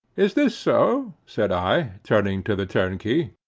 is this so? said i, turning to the turnkey.